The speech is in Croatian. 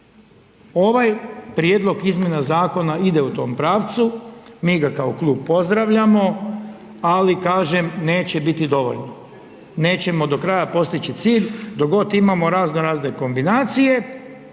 Ovaj prijedlog izmjena zakona ide u tom pravcu, mi ga kao klub pozdravljamo, ali kažem neće biti dovoljno, nećemo do kraja postići cilj dok god imamo raznorazne kombinacije